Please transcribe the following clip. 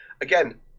again